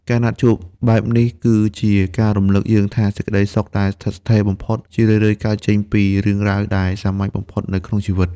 ការណាត់ជួបបែបនេះ គឺជាការរំលឹកយើងថា សេចក្តីសុខដែលស្ថិតស្ថេរបំផុត ជារឿយៗកើតចេញពីរឿងរ៉ាវដែលសាមញ្ញបំផុតនៅក្នុងជីវិត។